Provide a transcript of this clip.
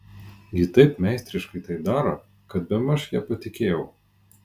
ji taip meistriškai tai daro kad bemaž ja patikėjau